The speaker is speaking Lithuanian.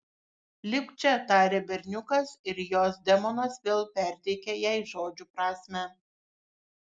lipk čia tarė berniukas ir jos demonas vėl perteikė jai žodžių prasmę